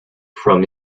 from